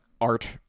art